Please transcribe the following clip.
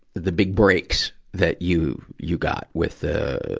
the big breaks that you, you got with, ah,